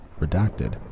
redacted